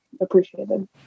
appreciated